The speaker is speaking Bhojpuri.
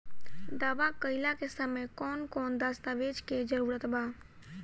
दावा कईला के समय कौन कौन दस्तावेज़ के जरूरत बा?